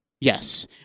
Yes